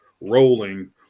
rolling